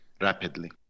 rapidly